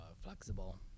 flexible